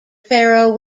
pharaoh